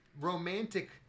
romantic